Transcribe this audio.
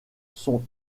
sont